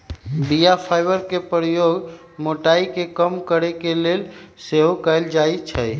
बीया फाइबर के प्रयोग मोटाइ के कम करे के लेल सेहो कएल जाइ छइ